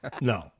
No